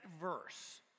verse